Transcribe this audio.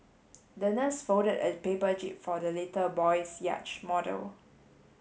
the nurse folded a paper jib for the little boy's yacht model